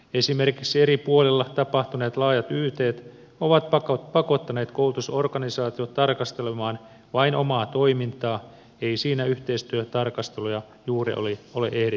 esimerkiksi eri puolilla tapahtuneet laajat ytt ovat pakottaneet koulutusorganisaatiot tarkastelemaan vain omaa toimintaa ei siinä yhteistyötarkasteluja juuri ole ehditty tekemään